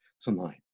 tonight